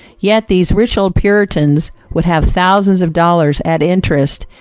yet these rich old puritans would have thousands of dollars at interest,